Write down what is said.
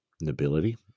nobility